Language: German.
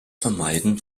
vermeiden